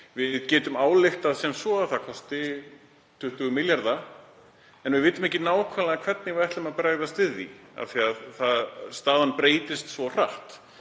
Við getum ályktað sem svo að það kosti 20 milljarða en við vitum ekki nákvæmlega hvernig við ætlum að bregðast við því af því að staðan breytist svo hratt.